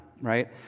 right